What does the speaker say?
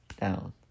down